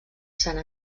sant